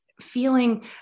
feeling